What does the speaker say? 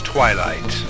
Twilight